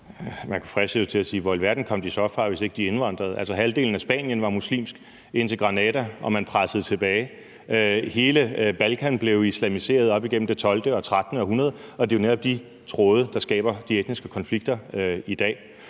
Man fristes jo til at sige: Hvor i alverden kom de så fra, hvis ikke de indvandrede? Altså, halvdelen af Spanien var en muslimsk indtil Granada, og man blev presset tilbage. Hele Balkan blev islamiseret op igennem det 12. og 13. århundrede, og det er jo netop de tråde herfra, der skaber de etniske konflikter i dag.